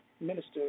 minister